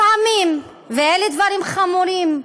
לפעמים, ואלה דברים חמורים,